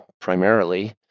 primarily